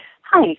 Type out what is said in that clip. Hi